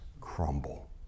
crumble